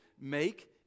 make